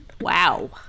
Wow